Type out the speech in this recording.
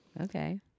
okay